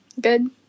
good